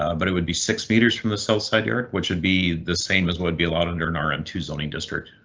um but it would be six meters from the south side yard which would be the same as would be allowed under and our m two zoning district.